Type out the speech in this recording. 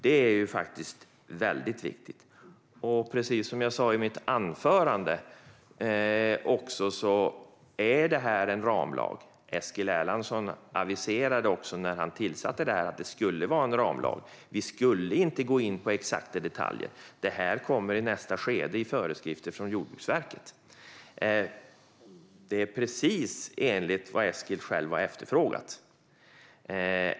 Det är faktiskt väldigt viktigt. Som jag också sa i mitt anförande är detta en ramlag. Eskil Erlandsson aviserade när han tillsatte detta att det skulle vara en ramlag. Vi skulle inte gå in på exakta detaljer, utan det kommer i nästa skede i föreskrifter från Jordbruksverket. Detta är precis enligt vad Eskil själv har efterfrågat.